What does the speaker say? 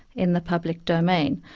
in the public domain.